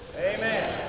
Amen